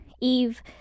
Eve